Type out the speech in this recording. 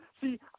See